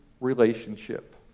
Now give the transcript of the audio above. relationship